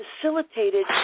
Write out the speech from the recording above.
facilitated